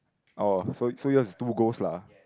oh so so yours is two goals lah